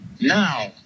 Now